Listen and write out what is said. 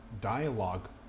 dialogue